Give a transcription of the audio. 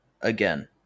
again